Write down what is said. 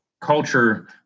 culture